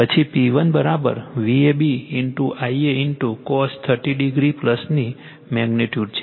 પછી P1 Vab Ia cos 30o ની magnitude છે